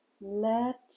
let